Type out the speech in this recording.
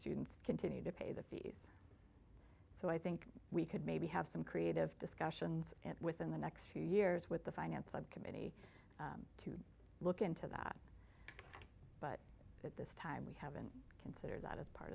students continue to pay the fees so i think we could maybe have some creative discussions within the next few years with the finance committee to look into that but at this time we haven't considered that as part